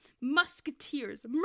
Musketeers